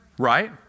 right